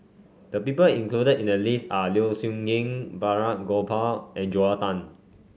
the people included in the list are Low Siew Nghee Balraj Gopal and Joel Tan